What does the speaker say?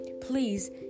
Please